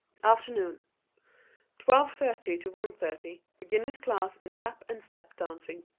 afternoon twelve thirty to one thirty beginners' class in tap and step dancing.